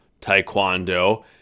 Taekwondo